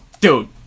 dude